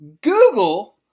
Google